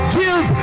give